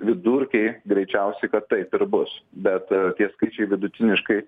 vidurkiai greičiausiai kad taip ir bus bet tie skaičiai vidutiniškai